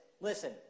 listen